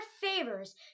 favors